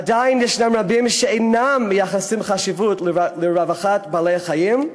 עדיין ישנם רבים שאינם מייחסים חשיבות לרווחת בעלי-חיים,